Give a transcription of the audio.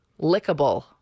lickable